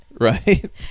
right